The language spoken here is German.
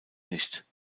nicht